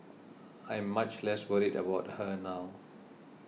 I'm much less worried about her now